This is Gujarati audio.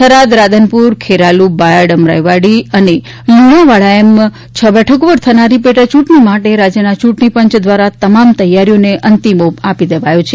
થરાદ રાધનપુર ખેરાલુ બાયડ અમરાઈવાડી અને લુણાવાડા એમ છ બેઠકો ઉપર થનારી પેટા ચૂંટણી માટે રાજ્યના ચૂંટણી પંચ દ્વારા તમામ તૈયારીઓને અંતિમ ઓપ આપી દેવાયો છે